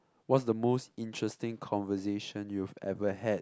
what's the most interesting conversation you've ever had